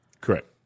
correct